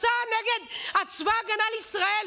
שבו את משסה נגד צבא ההגנה לישראל.